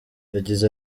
yagize